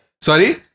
Sorry